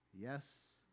Yes